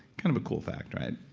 kind of a cool fact, right?